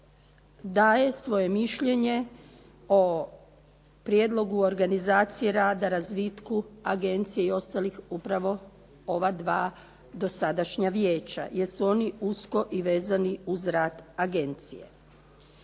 daje svoje mišljenje o prijedlogu organizacije rada, razvitku Agencije i ostalih upravo ova dva dosadašnja Vijeća, jer su oni usko i vezani uz rad Agencije.